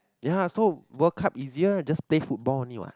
ya so World Cup easier just play football only what